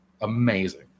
amazing